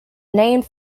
named